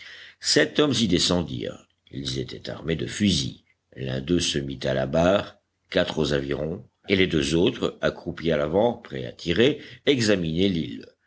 sept hommes y descendirent ils étaient armés de fusils l'un d'eux se mit à la barre quatre aux avirons et les deux autres accroupis à l'avant prêts à tirer examinaient l'île